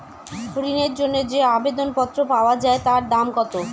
ঋণের জন্য যে আবেদন পত্র পাওয়া য়ায় তার দাম কত?